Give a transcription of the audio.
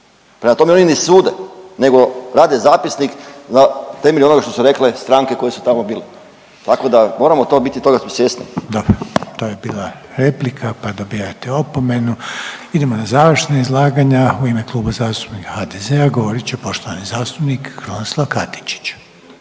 Prema tome oni ne sude, nego rade zapisnik na temelju onoga što su rekle stranke koje su tamo bile. Tako da moramo to biti toga svjesni. **Reiner, Željko (HDZ)** Dobro, to je bila replika pa dobijate opomenu. Idemo na završna izlaganja, u ime Kluba zastupnika HDZ-a govorit će poštovani zastupnik Krunoslav Katičić.